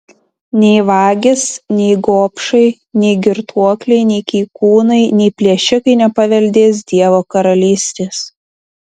nei vagys nei gobšai nei girtuokliai nei keikūnai nei plėšikai nepaveldės dievo karalystės